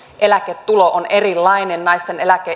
eläketulo on erilainen naisten eläke